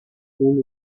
una